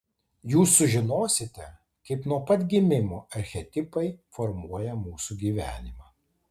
jūs sužinosite kaip nuo pat gimimo archetipai formuoja mūsų gyvenimą